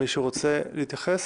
מישהו רוצה להתייחס?